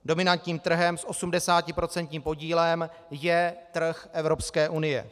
Dominantním trhem s osmdesátiprocentním podílem je trh Evropské unie.